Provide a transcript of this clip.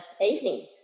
evening